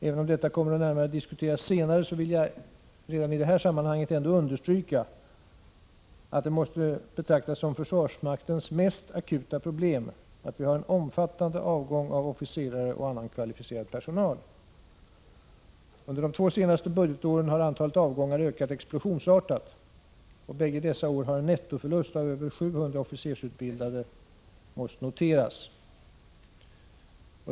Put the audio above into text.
Även om detta kommer att närmare diskuteras senare vill jag redan i detta sammanhang ändå understryka att det måste betraktas som försvarsmaktens mest akuta problem, att vi har en omfattande avgång av officerare och annan kvalificerad personal. Under de två senaste budgetåren har antalet avgångar ökat explosionsartat, och bägge dessa år har en nettoförlust av över 700 officersutbildade måst noteras.